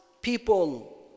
people